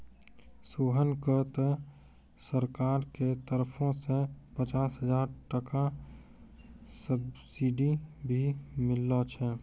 सोहन कॅ त सरकार के तरफो सॅ पचास हजार टका सब्सिडी भी मिललो छै